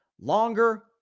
longer